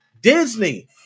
Disney